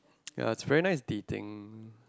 ya is very nice dating